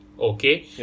Okay